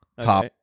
top